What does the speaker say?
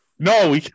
No